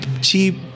cheap